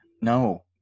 No